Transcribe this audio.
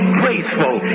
graceful